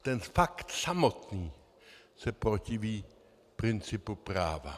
Ten fakt samotný se protiví principu práva.